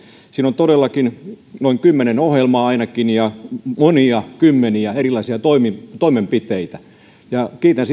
siinä on todellakin ainakin noin kymmenen ohjelmaa ja monia kymmeniä erilaisia toimenpiteitä kiitän